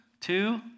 two